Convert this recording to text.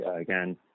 again